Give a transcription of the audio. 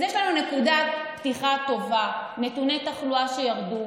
אז יש לנו נקודת פתיחה טובה: נתוני תחלואה שירדו,